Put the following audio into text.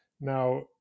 Now